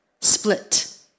Split